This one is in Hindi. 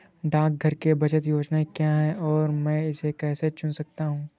डाकघर की बचत योजनाएँ क्या हैं और मैं इसे कैसे चुन सकता हूँ?